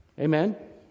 Amen